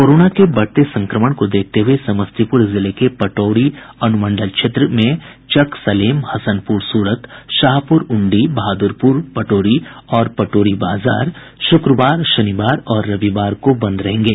corona के बढ़ते संक्रमण को देखते हुए समस्तीपुर जिले के पटोरी अनुमंडल क्षेत्र में चकसलेम हसनपुर सूरत शाहपुर उंडी बहादुरपुर पटोरी और पटोरी बाजार शुक्रवार शनिवार और रविवार को बंद रहेंगे